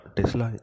Tesla